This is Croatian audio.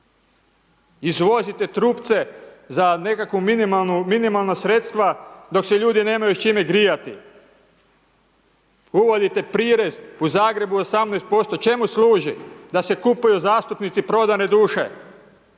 izvozite trupce za nekakva minimalna sredstva, dok se ljudi nemaju s čime grijati. Uvodite prirez, u Zagrebu je 18%, čemu služi? Da se kupuju zastupnici prodane duše